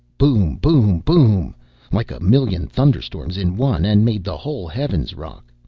boom-boom-boom! like a million thunderstorms in one, and made the whole heavens rock.